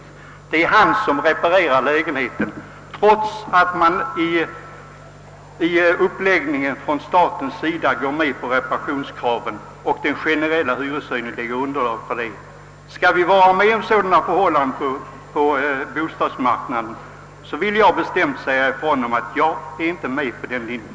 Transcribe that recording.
Det är hyresgästen som reparerar lägenheten, trots att fastighetsägarna vid överenskommelsen med parterna gått med på vissa reparationskrav och trots att den generella hyreshöjningen ger underlag för dessa. Skall det få förekomma sådana förhållanden på bostadsmarknaden? Jag vill bestämt säga ifrån att jag inte är med på den linjen.